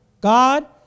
God